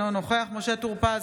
אינו נוכח משה טור פז,